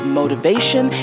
motivation